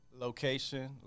Location